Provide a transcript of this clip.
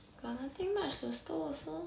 got nothing much to stow also